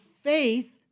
faith